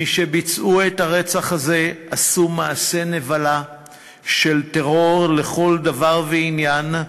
מי שביצעו את הרצח הזה עשו מעשה נבלה של טרור לכל דבר ועניין.